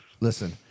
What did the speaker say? Listen